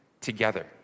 together